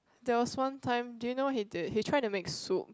there was one time do you know what he did he try to make soup